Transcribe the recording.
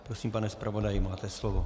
Prosím, pane zpravodaji, máte slovo.